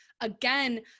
again